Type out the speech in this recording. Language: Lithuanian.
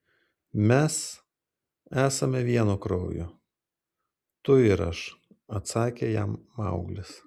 mes esame vieno kraujo tu ir aš atsakė jam mauglis